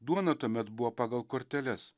duona tuomet buvo pagal korteles